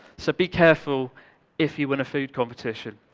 so be careful if you win a food competition.